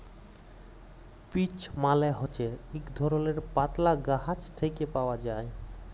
peach মালে হছে ইক ধরলের পাতলা গাহাচ থ্যাকে পাউয়া যায়